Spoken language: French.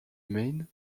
maine